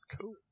Cool